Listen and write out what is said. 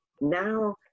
now